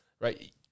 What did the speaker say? right